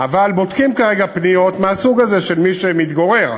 אבל בודקים כרגע פניות מהסוג הזה של מי שמתגורר,